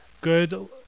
good